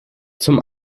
zum